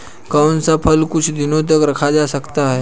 कौन सा फल कुछ दिनों तक रखा जा सकता है?